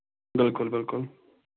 بِلکُل بِلکُل